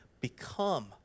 become